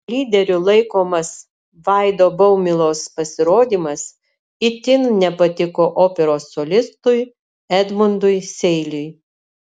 lyderiu laikomas vaido baumilos pasirodymas itin nepatiko operos solistui edmundui seiliui